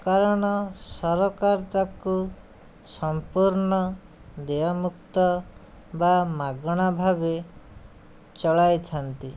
କାରଣ ସରକାର ତାକୁ ସମ୍ପୁର୍ଣ୍ଣ ଦେୟ ମୁକ୍ତ ବା ମାଗଣା ଭାବେ ଚଳାଇ ଥାଆନ୍ତି